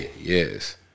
Yes